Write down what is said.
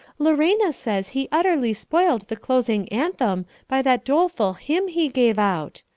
lorena says he utterly spoiled the closing anthem by that doleful hymn he gave out,